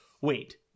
Wait